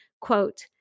quote